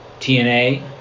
TNA